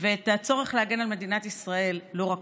ואת הצורך להגן על מדינת ישראל לא רק